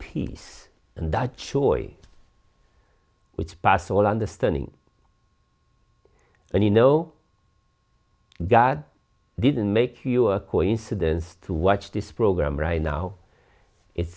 peace and that choice which passes all understanding and you know god didn't make you a coincidence to watch this program right now it's